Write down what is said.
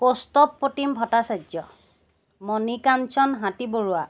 Kaustubh Pratim Bhattacharya Manikanchan Hatibaruah